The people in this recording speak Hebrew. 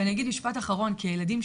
ואני אגיד עוד משפט אחד אחרון אבל באמת